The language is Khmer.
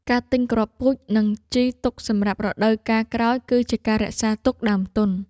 ការទិញគ្រាប់ពូជ និងជីទុកសម្រាប់រដូវកាលក្រោយ គឺជាការរក្សាទុកដើមទុន។